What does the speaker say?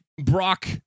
Brock